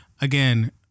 again